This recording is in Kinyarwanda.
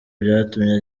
byatumye